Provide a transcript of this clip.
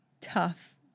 tough